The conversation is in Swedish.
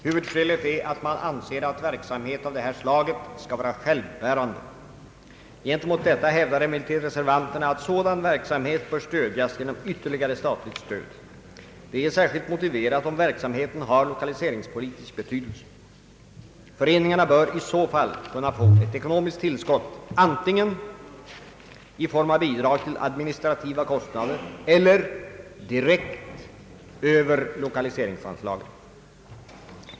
Huvudskälet är att man anser att verksamhet av detta slag skall vara självbärande. Gentemot detta hävdar emellertid reservanterna att sådan verksamhet bör stödjas genom ytterligare statligt stöd. Det är särskilt motiverat om verksamheten har lokaliseringspolitisk betydelse. Föreningarna bör i så fall kunna få ett ekonomiskt tillskott antingen i form av bidrag till administrativa kostnader eller direkt över lokaliseringsanslagen.